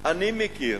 אני מכיר